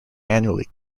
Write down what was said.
annually